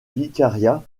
vicariat